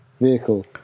vehicle